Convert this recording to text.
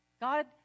God